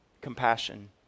compassion